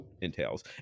entails